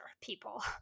people